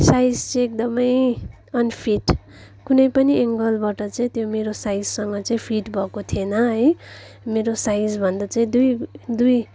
size चाहिँ एकदमै unfit कुनै पनि एन्गलबाट चाहिँ त्यो मेरो साइजसँग चाहिँ फिट भएको थिएन है मेरो साइज भन्दा चाहिँ दुई दुई